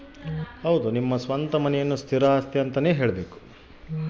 ನಮ್ಮ ಸ್ವಂತ ಮನೆಯನ್ನ ಸ್ಥಿರ ಆಸ್ತಿ ಅಂತ ಹೇಳಬೋದು